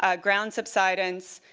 ah ground subsidence,